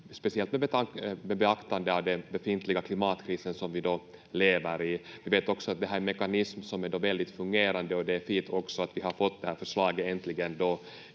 speciellt med beaktande av den befintliga klimatkrisen som vi lever i. Vi vet också att vi har en mekanism som är väldigt fungerande och det är också fint att vi äntligen har fått det här förslaget hit. Jag